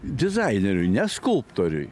dizaineriui ne skulptoriui